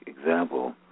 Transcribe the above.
example